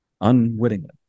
Unwittingly